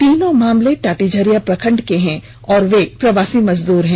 तीनों मामले टाटीझरिया प्रखंड के हैं और प्रवासी मजदूर हैं